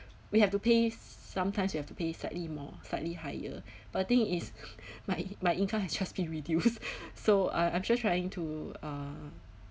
we have to pay sometimes you have to pay slightly more slightly higher but the thing is my my income has just been reduced so I I'm just trying to uh